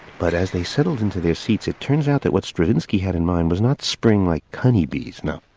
but as they settled into their seats it turns out that what stravinsky had in mind was not spring like honeybees, no,